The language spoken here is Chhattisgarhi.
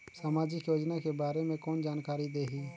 समाजिक योजना के बारे मे कोन जानकारी देही?